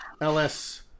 LS